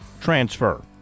transfer